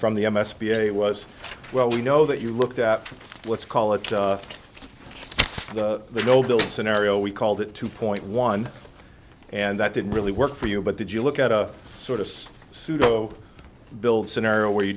from the m s b a it was well you know that you looked at let's call it the golden scenario we called it two point one and that didn't really work for you but did you look at a sort of pseudo build scenario where you